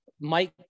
Mike